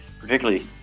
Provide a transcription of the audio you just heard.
particularly